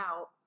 out